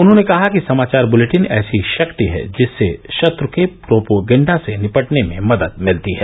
उन्होंने कहा कि समाचार बुलेटिन ऐसी शक्ति है जिससे शत्र के प्रोपोगंडा से निपटने में मदद मिलती है